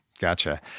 Gotcha